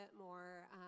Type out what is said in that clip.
more